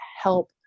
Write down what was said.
help